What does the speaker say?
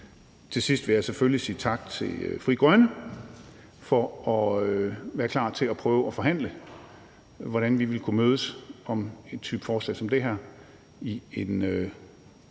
Til sidst vil jeg selvfølgelig sige tak til Frie Grønne for at være klar til at prøve at forhandle om, hvordan vi ville kunne mødes om en type forslag som det her i en